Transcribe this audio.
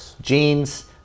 genes